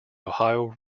ohio